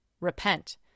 Repent